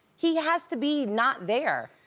he has to be not there.